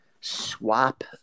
swap